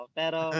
pero